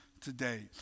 today